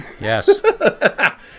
Yes